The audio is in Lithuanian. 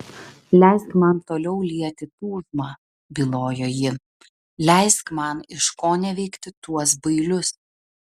leisk man toliau lieti tūžmą bylojo ji leisk man iškoneveikti tuos bailius